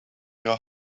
your